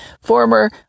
former